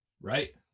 Right